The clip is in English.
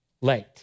late